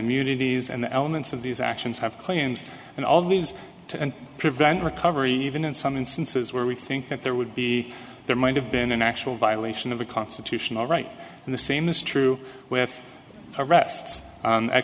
immunities and the elements of these actions have claims and all of these to prevent recovery even in some instances where we think that there would be there might have been an actual violation of the constitutional right and the same is true with arrest